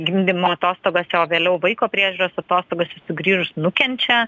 gimdymo atostogose o vėliau vaiko priežiūros atostogose sugrįžus nukenčia